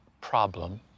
problem